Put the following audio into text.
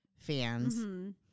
Fans